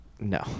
No